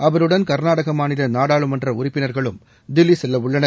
அவருடன் கர்நாடக மாநில நாடாளுமன்ற உறுப்பினர்களும் தில்லி செல்லவுள்ளனர்